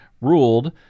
ruled